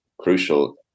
crucial